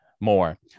more